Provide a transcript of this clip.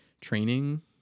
training